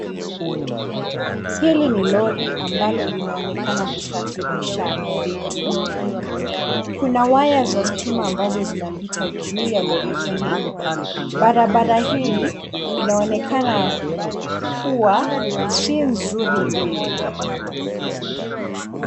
Hili ni lori ambalo linaonekana kusafirisha vitu, kuna waya za stima ambazo zinapita juu ya lori hili. Barabara hii inaonekana kuwa si nzuri vile.